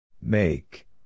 Make